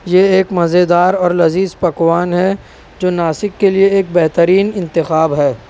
یہ ایک مزیدار اور لذیذ پکوان ہے جو ناسک کے لیے ایک بہترین انتخاب ہے